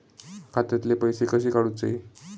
खात्यातले पैसे कसे काडूचे?